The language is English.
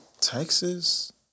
Texas